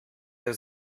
der